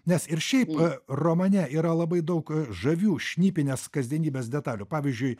nes ir šiaip romane yra labai daug žavių šnipinės kasdienybės detalių pavyzdžiui